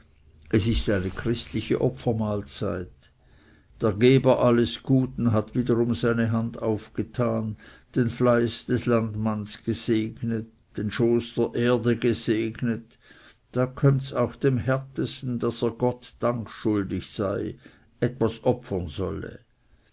es ist eine christliche opfermahlzeit der geber alles guten hat wiederum seine hand aufgetan den fleiß des landmanns gesegnet den schoß der erde gesegnet da kömmts auch dem härtesten daß er gott dank schuldig sei etwas opfern solle